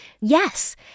yes